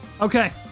Okay